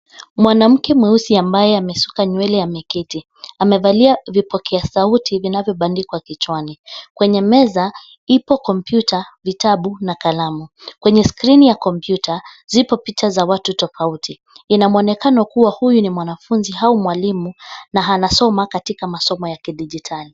Mwanamke mweusi ambaye amesuka nywele ameketi. Amevalia vipokea sauti vinavyobandikwa kichwani. Kwenye meza ipo kompyuta, vitabu na kalamu. Kwenye skrini kompyuta, zipo picha za watu tofauti, inamwonekano kuwa huyu ni mwanafunzi au mwalimu na anasoma katika masomo ya kidijitali.